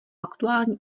aktuální